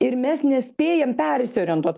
ir mes nespėjam persiorientuot